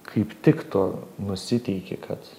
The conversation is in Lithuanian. kaip tik tu nusiteiki kad